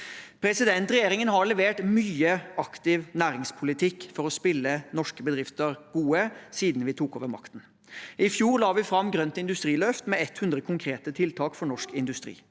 landet. Regjeringen har levert mye aktiv næringspolitikk for å spille norske bedrifter gode siden vi tok over makten. I fjor la vi fram et grønt industriløft med 100 konkrete tiltak for norsk industri,